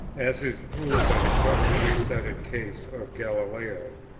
as is proved by the constantly cited case of galileo.